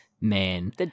man